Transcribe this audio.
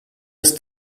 ist